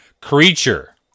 creature